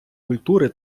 культури